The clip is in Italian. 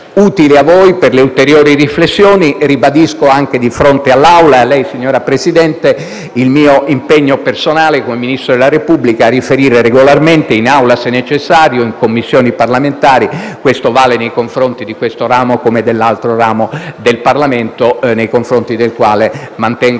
utile a voi per ulteriori riflessioni. Ribadisco davanti all'Assemblea e a lei, signor Presidente, il mio impegno personale, come Ministro della Repubblica, a riferire regolarmente in Aula, se necessario, e nelle Commissioni parlamentari; questo vale nei confronti di questo come dell'altro ramo del Parlamento, nei confronti del quale mantengo